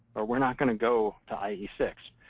or, we're not going to go to i e six.